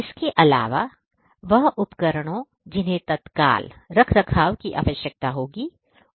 इसके अलावा वह उपकरणों जिन्हें तत्काल रखरखाव की आवश्यकता होगी उनकी पहचान की जाएगी